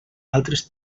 altres